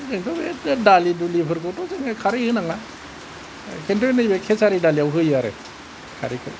जोंथ' दालि दुलिफोरखौथ' खारै होनांला खिन्थु नैबे खेचारि दालियाव होयो आरो खारैखौ